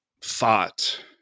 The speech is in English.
thought